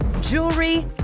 jewelry